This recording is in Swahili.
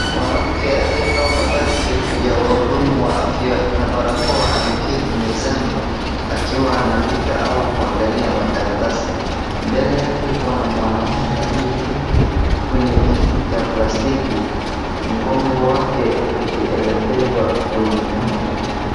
Mwanamke aliyevaa mavazi ya wahudumu wa afya na barakoa ameketi mezani ,akiwa anaandika au kuangalia makaratasi, mbele yake kuna mwanaume aliyeketi kwenye kiti cha plastiki, mgongo wake ukielekezwa kwenye kamera .